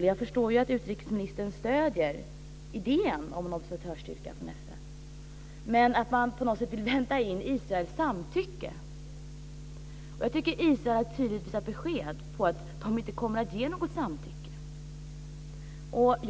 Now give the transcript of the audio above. Jag förstår att utrikesminister stöder idén om en observatörsstyrka från FN, men att man vill invänta Israels samtycke. Det gör mig lite orolig. Jag tycker att Israel tydligt har visat att man inte kommer att lämna något samtycke. FN borde